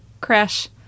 crash